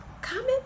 comment